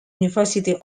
university